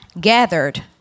gathered